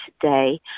today